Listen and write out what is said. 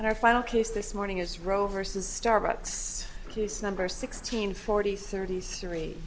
and our final case this morning is roe versus starbucks case number sixteen forty thirty three